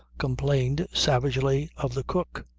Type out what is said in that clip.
complained savagely of the cook.